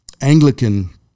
Anglican